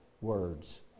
words